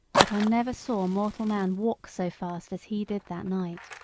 but i never saw mortal man walk so fast as he did that night.